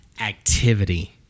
activity